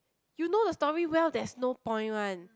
you know the story well there's no point one